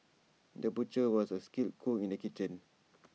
the butcher was also A skilled cook in the kitchen